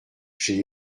j’ai